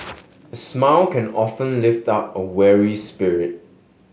a smile can often lift up a weary spirit